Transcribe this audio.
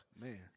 man